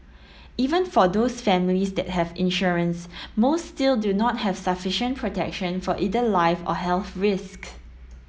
even for those families that have insurance most still do not have sufficient protection for either life or health risks